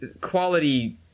quality